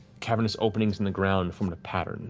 cavernous openings in the ground formed a pattern